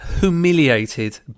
humiliated